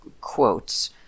quotes